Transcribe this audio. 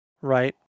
right